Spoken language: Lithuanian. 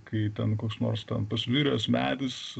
kai ten koks nors ten pasviręs medis